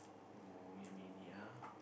oh you mean ya